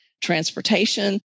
transportation